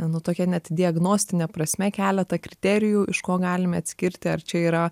nu tokia net diagnostine prasme keletą kriterijų iš ko galime atskirti ar čia yra